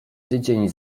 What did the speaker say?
tydzień